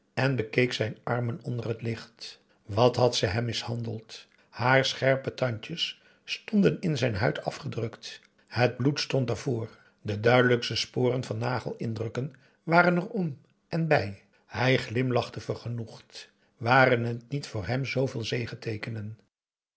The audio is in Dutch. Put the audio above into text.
en bekeek zijn armen onder het licht wat had ze hem mishandeld haar scherpe tandjes stonden in zijn huid afgedrukt het bloed stond ervoor de duidelijkste sporen van nagelindrukken waren er om en bij hij glimlachte vergenoegd waren het niet voor hem zooveel